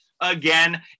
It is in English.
again